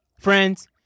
Friends